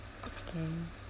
okay